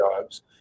jobs